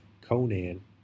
Conan